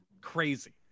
Crazy